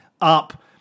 up